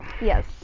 Yes